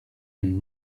him